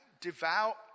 devout